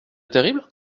terrible